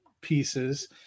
pieces